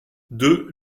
deux